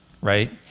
Right